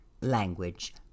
language